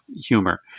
humor